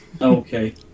okay